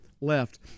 left